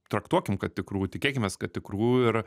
traktuokim kad tikrų tikėkimės kad tikrų ir